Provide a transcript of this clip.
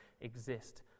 exist